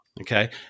okay